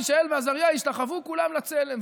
מישאל ועזריה השתחוו כולם לצלם,